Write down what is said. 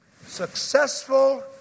Successful